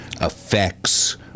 affects